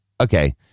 Okay